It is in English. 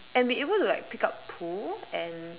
and be able to like pick up poo and